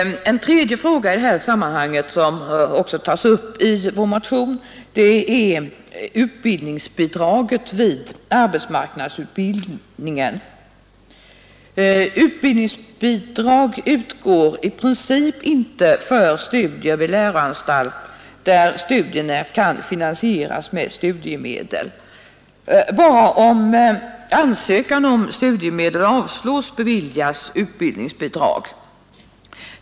Ytterligare en fråga i detta sammanhang, som också tas upp i vår motion, är utbildningsbidraget vid arbetsmarknadsutbildningen. Utbildningsbidrag utgår i princip inte för studier vid läroanstalt där studierna kan finansieras med studiemedel. Endast om ansökan om studiemedel avslås beviljas utbildningsbidrag.